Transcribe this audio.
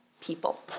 people